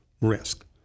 risk